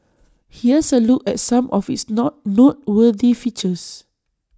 here's A look at some of its knock noteworthy features